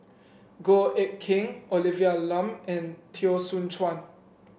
Goh Eck Kheng Olivia Lum and Teo Soon Chuan